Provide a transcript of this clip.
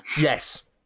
Yes